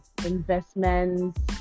investments